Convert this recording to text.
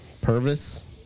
Purvis